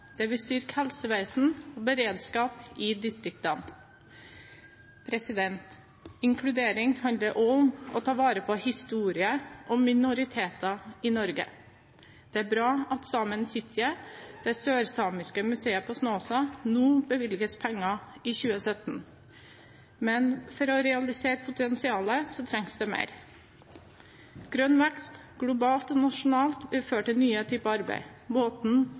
Det vil styrke helsevesenet og beredskapen i distriktene. Inkludering handler også om å ta vare på historien og minoritetene i Norge. Det er bra at Saemien Sijte, det sørsamiske museet på Snåsa, nå bevilges penger for 2017. Men for å realisere potensialet, trengs det mer. Grønn vekst, globalt og nasjonalt, vil føre til nye typer arbeid. Måten